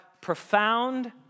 profound